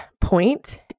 point